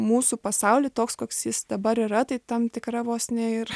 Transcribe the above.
mūsų pasaulį toks koks jis dabar yra tai tam tikra vos ne ir